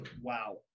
wow